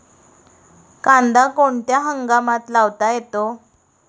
कांदा कोणत्या हंगामात लावता येतो?